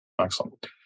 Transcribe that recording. Excellent